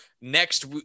next